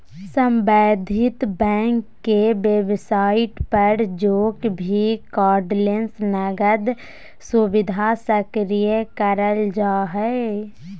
सम्बंधित बैंक के वेबसाइट पर जाके भी कार्डलेस नकद सुविधा सक्रिय करल जा हय